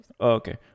okay